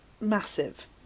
massive